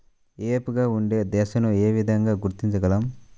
ఏపుగా ఉండే దశను ఏ విధంగా గుర్తించగలం?